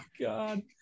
God